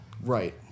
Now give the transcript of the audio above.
Right